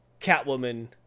Catwoman